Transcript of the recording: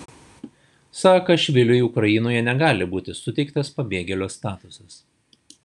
saakašviliui ukrainoje negali būti suteiktas pabėgėlio statusas